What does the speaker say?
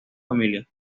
familia